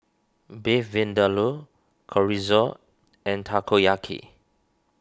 Beef Vindaloo Chorizo and Takoyaki